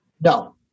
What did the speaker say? No